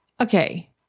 okay